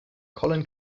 collin